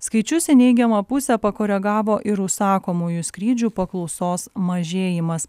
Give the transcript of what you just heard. skaičius į neigiamą pusę pakoregavo ir užsakomųjų skrydžių paklausos mažėjimas